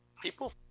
people